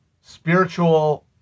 spiritual